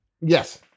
Yes